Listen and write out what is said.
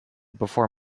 before